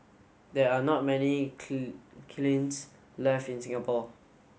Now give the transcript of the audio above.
there are not many left in Singapore